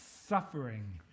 suffering